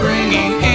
Bringing